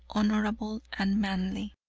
honorable, and manly.